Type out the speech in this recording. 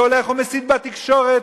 שהולך ומסית בתקשורת,